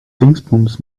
dingsbums